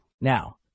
Now